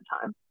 time